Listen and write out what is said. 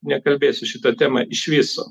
nekalbėsiu šita tema iš viso